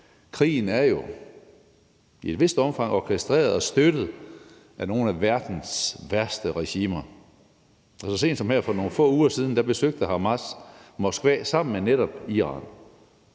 Krigen er jo i et vist omfang orkestreret og støttet af nogle af verdens værste regimer, og så sent som her for nogle få uger besøgte Hamas Moskva sammen med netop Iran.